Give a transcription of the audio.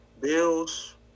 Bills